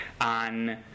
on